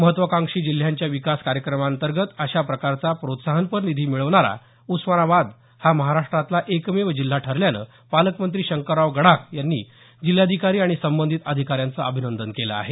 महत्त्वकांक्षी जिल्ह्यांच्या विकास कार्यक्रमांतर्गत अशा प्रकारचा प्रोत्साहनपर निधी मिळवणारा उस्मानाबाद हा महाराष्ट्रातला एकमेव जिल्हा ठरल्याने पालकमंत्री शंकरराव गडाख यांनी जिल्हाधिकारी आणि संबंधित अधिकाऱ्यांचं अभिनंदन केलं आहे